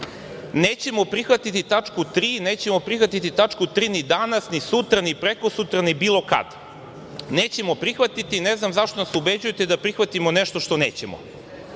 „nećemo prihvatiti tačku 3. nećemo prihvatiti tačku 3. ni danas, ni sutra, ni prekosutra, ni bilo kad. Nećemo prihvatiti. Ne znam zašto nas ubeđujete da prihvatimo nešto što nećemo“.